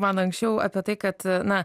man anksčiau apie tai kad na